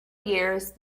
years